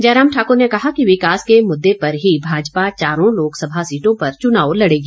जयराम ठाकुर ने कहा कि विकास के मुद्दे पर ही भाजपा चारों लोकसभा सीटों पर चुनाव लड़ेगी